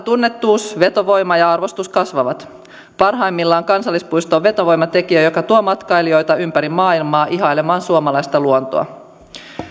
tunnettuus vetovoima ja arvostus kasvavat parhaimmillaan kansallispuisto on vetovoimatekijä joka tuo matkailijoita ympäri maailmaa ihailemaan suomalaista luontoa